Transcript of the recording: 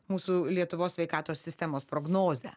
mūsų lietuvos sveikatos sistemos prognozę